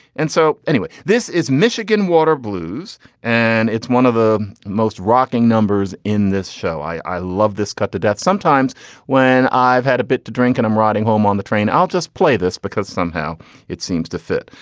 and so anyway this is michigan water blues and it's one of the most rocking numbers in this show i love this cut to death sometimes when i've had a bit to drink and i'm riding home on the train i'll just play this because somehow it seems to fit.